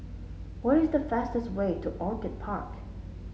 what is the fastest way to Orchid Park